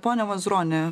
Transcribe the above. pone mazuroni